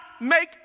make